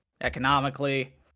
economically